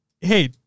hey